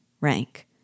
Rank